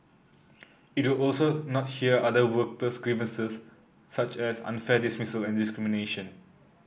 it will also not hear other workplace grievances such as unfair dismissal and discrimination